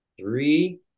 three